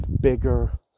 bigger